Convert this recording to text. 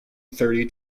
thirty